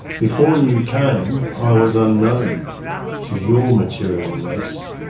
before you came i was unknown to your material race,